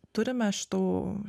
turime šitų